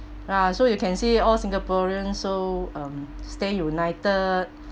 ah so you can see all singaporean so um stay united